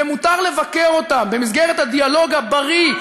ומותר לבקר אותם במסגרת הדיאלוג הבריא,